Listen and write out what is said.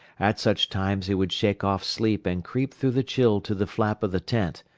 at such times he would shake off sleep and creep through the chill to the flap of the tent,